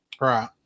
Right